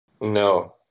No